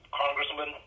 congressman